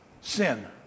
sin